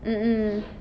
mm mm